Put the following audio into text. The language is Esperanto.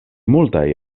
multaj